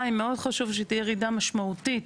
ב', מאוד חשוב שתהיה ירידה משמעותית